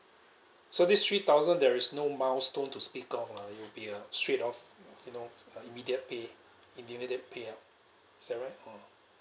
so this three thousand there is no milestone to it will be a straight off you know uh immediate pay immediate payout is that right or